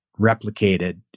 replicated